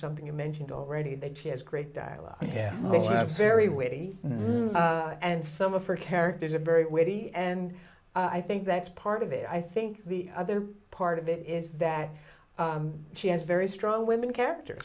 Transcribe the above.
something you mentioned already that she has great dialogue yeah very witty and some of her characters are very witty and i think that's part of it i think the other part of it is that she has very strong women characters